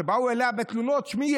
כשבאו אליה בתלונות: תשמעי,